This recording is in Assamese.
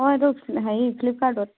অঁ এইটো হেৰি ফ্লিপকাৰ্টত